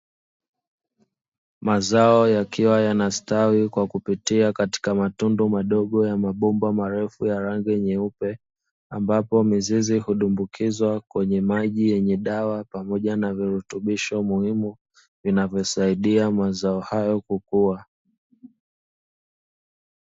Mazao yakiwa yanastawi kwa kupitia katika matundu madogo ya mabomba marefu ya rangi nyeupe, ambapo mizizi hudumbukizwa kwenye maji yenye dawa pamoja na virutubisho muhimu vinavyosaidia mazao hayo kukua.